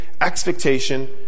expectation